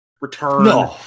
return